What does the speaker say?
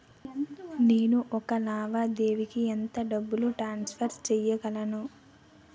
నేను ఒక లావాదేవీకి ఎంత డబ్బు ట్రాన్సఫర్ చేయగలను?